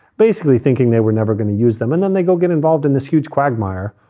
basically thinking they were never going to use them. and then they go get involved in this huge quagmire.